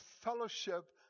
fellowship